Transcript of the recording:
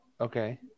Okay